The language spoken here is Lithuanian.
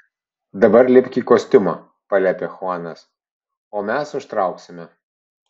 dabar lipk į kostiumą paliepė chuanas o mes užtrauksime